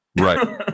Right